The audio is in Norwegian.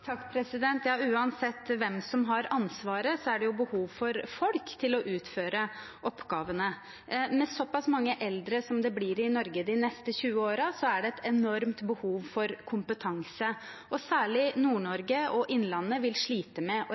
Uansett hvem som har ansvaret, er det behov for folk til å utføre oppgavene. Med såpass mange eldre som det blir i Norge de neste 20 årene, er det et enormt behov for kompetanse. Særlig Nord-Norge og innlandet vil slite med